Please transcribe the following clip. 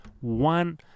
one